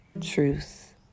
truth